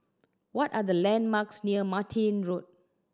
what are the landmarks near Martin Road